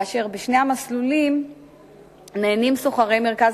כאשר בשני המסלולים נהנים סוחרי מרכז